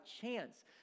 chance